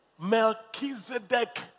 Melchizedek